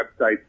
websites